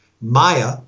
Maya